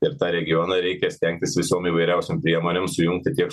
ir tą regioną reikia stengtis visom įvairiausiom priemonėm sujungti tiek